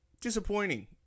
disappointing